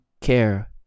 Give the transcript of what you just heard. care